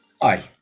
Hi